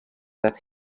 that